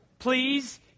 Please